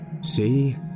See